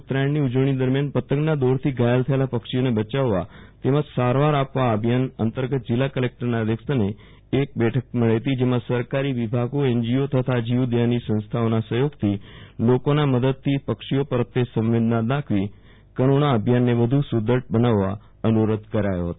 ઉત્તરાયણની ઉજવણી દરમિયાન પતંગના દોરાથી ઘાયલ થયેલા પક્ષીઓને બચાવવા તથા સારવાર આપવા આ અભિયાન અંતર્ગત જિલ્લા કલેકટરના અધ્યક્ષસ્થાને એક બેઠક મળી હતી જેમાં સરકારી વિભાગો એનજીઓ તથા જીવદયા ક્ષેત્રની સંસ્થાઓના સહયોગથી તથા લોકોના સહકારથી પક્ષીઓ પ્રત્યે સંવેદના દાખવી કરુણા અભિયાનને વધુ સુધડ બનાવવા અનુરોધ કરાયો હતો